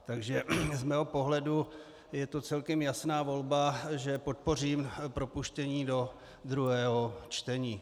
Takže z mého pohledu je to celkem jasná volba, že podpořím propuštění do druhého čtení.